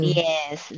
yes